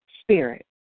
spirit